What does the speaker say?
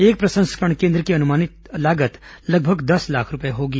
एक प्रसंस्करण केन्द्र की अनुमानित लागत लगभग दस लाख रूपए होगी